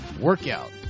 workout